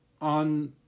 on